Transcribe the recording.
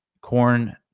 corn